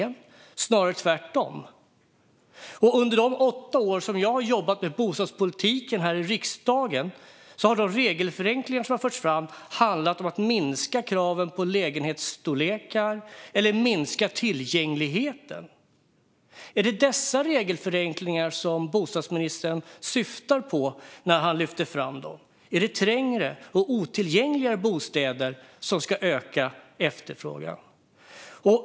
Det var snarare tvärtom. Under de åtta år jag har jobbat med bostadspolitiken här i riksdagen har de regelförenklingar som förts fram handlat om att minska kraven på lägenhetsstorlekar eller minska tillgängligheten. Är det dessa regelförenklingar bostadsministern syftar på när han lyfter fram sådana? Är det trängre och mindre tillgängliga bostäder som ska öka efterfrågan?